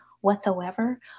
whatsoever